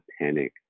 panic